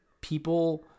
people